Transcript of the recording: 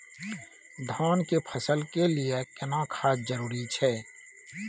धान के फसल के लिये केना खाद जरूरी छै?